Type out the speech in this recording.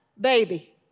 baby